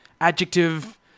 adjective